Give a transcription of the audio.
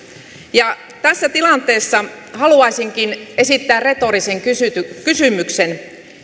tässä tilanteessa haluaisinkin esittää retorisen kysymyksen